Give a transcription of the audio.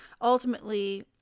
Ultimately